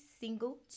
single